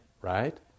right